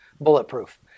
Bulletproof